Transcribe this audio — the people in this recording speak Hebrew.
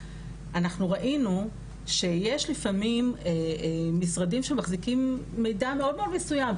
אנחנו ראינו שיש לפעמים משרדים שמחזיקים מידע מאוד מסוים,